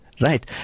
right